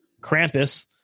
krampus